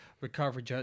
recovery